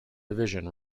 division